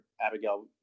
Abigail